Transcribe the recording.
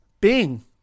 Bing